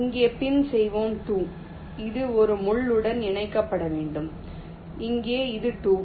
இங்கே பின் செய்வோம் 2 இது ஒரு முள் உடன் இணைக்கப்பட வேண்டும் இங்கே இது 2